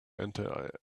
enter